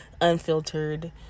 unfiltered